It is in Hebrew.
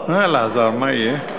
אמר לי חבר הכנסת